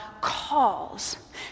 calls